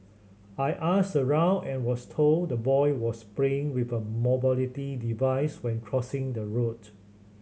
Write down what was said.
I asked around and was told the boy was playing with a mobility device when crossing the road